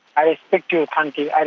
i respect your country, i